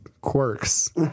quirks